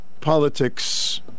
politics